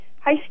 Hi